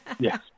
Yes